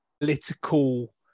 political